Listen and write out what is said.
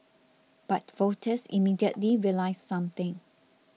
but voters immediately realised something